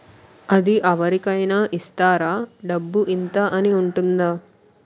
అది అవరి కేనా ఇస్తారా? డబ్బు ఇంత అని ఉంటుందా?